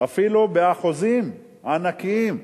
אפילו באחוזים ענקיים.